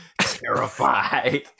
terrified